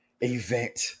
event